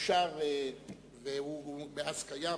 אושרה ומאז היא קיימת,